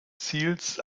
ziels